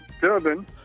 Durban